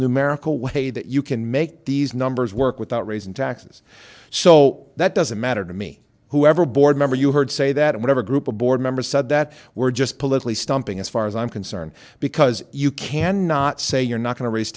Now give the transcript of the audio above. numerical way that you can make these numbers work without raising taxes so that doesn't matter to me whoever board member you heard say that whatever group a board member said that we're just politely stumping as far as i'm concerned because you cannot say you're not going to raise